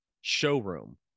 showroom